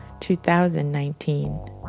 2019